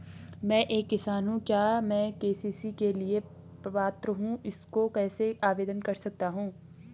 मैं एक किसान हूँ क्या मैं के.सी.सी के लिए पात्र हूँ इसको कैसे आवेदन कर सकता हूँ?